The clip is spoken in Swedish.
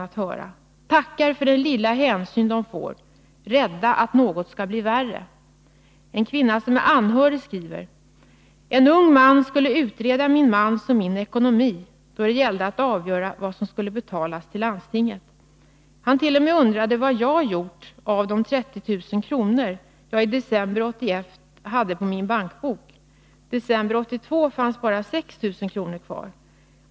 Tackar för den lilla hänsyn de får, rädda att något skall bli värre.” En kvinna som är anhörig skriver: ”En ung man skulle utreda min mans och min ekonomi då det gällde att avgöra vad som skulle betalas till landstinget. Han t.o.m. undrade vad jag hade gjort av de 30 000 kr. som jag i december 1981 haft på min bankbok. December 1982 fanns bara 6 000 kr. kvar.